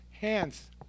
hands